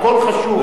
הכול חשוב,